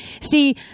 See